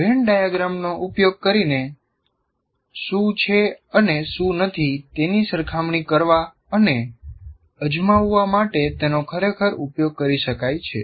van ડાયાગ્રામનો ઉપયોગ કરીને શું છે અને શું નથી તેની સરખામણી કરવા અને અજમાવવા માટે તેનો ખરેખર ઉપયોગ કરી શકાય છે